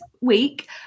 week